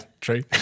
true